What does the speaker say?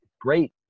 great